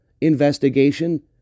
investigation